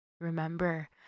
remember